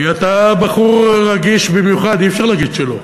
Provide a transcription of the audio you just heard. כי אתה בחור רגיש במיוחד, אי-אפשר להגיד שלא.